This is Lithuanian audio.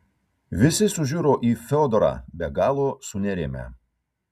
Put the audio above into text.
visi sužiuro į fiodorą be galo sunerimę